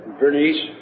Bernice